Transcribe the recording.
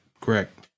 Correct